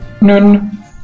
Nun